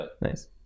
Nice